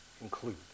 include